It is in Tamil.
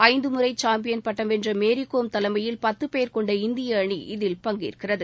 ஐந்து முறை சாம்பியன் பட்டம் வென்ற மேரிகோம் தலைமையில் பத்து பேர் கொண்ட இந்திய அணி இதில் பங்கேற்கிறது